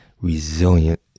resilient